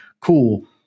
Cool